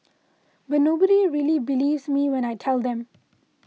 but nobody really believes me when I tell them